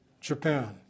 Japan